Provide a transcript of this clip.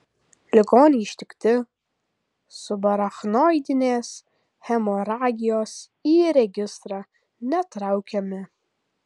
ligoniai ištikti subarachnoidinės hemoragijos į registrą netraukiami